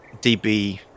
DB